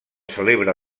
celebra